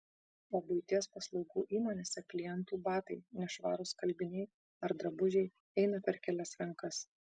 o buities paslaugų įmonėse klientų batai nešvarūs skalbiniai ar drabužiai eina per kelias rankas